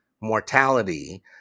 mortality